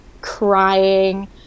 crying